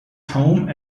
home